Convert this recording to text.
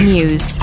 News